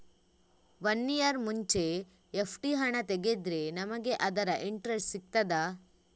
One year ಮುಂಚೆ FD ಹಣ ತೆಗೆದ್ರೆ ನಮಗೆ ಅದರ ಇಂಟ್ರೆಸ್ಟ್ ಸಿಗ್ತದ?